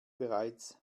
bereits